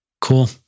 Cool